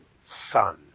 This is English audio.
son